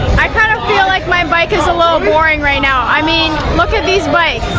i kind of feel like my bike is a little boring right now i mean look at these bikes